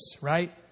right